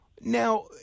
Now